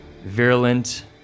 virulent